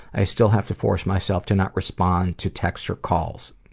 i still have to force myself to not respond to texts or calls.